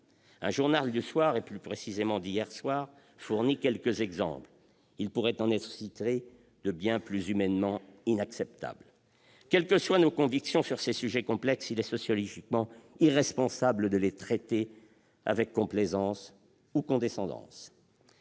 Un journal du soir, et plus précisément d'hier soir, fournit quelques exemples. On pourrait en citer de bien plus humainement inacceptables. Quelles que soient nos convictions sur ces sujets complexes, il est sociologiquement irresponsable de les traiter avec complaisance ou condescendance